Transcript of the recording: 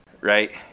right